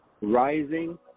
rising